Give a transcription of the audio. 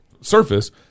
surface